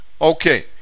Okay